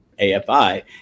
AFI